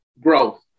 growth